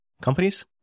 companies